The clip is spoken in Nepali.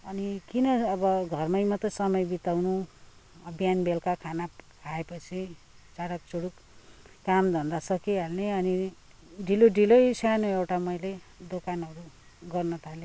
अनि किन अब घरमै मात्रै समय बिताउनु अब बिहान बेलुका खाना खाएपछि चाराकचुरूक कामधन्दा सकिहाल्ने अनि ढिलो ढिलै सानो एउटा मैले दोकानहरू गर्न थालेँ